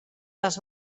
les